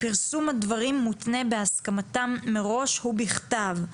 פרסום הדברים מותנה בהסכמתם מראש ובכתב.